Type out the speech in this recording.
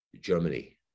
Germany